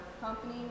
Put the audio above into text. company